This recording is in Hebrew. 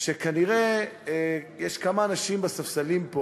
שיש כנראה בספסלים פה